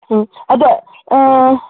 ꯎꯝ ꯑꯗꯣ